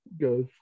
goes